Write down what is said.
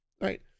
Right